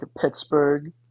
Pittsburgh